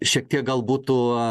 šiek tiek gal būtų